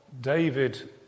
David